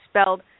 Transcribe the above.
spelled